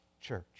church